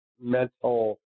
mental